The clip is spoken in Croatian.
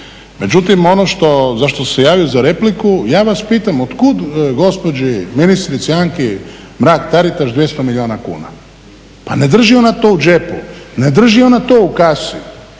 Međutim ono što, za što sam se javio za repliku, ja vas pitam otkud gospođi ministrici Anki Mrak-Taritaš 200 milijuna kuna. Pa ne drži ona to u džepu, ne drži ona to u kasi.